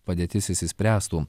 padėtis išsispręstų